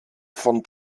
von